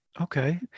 Okay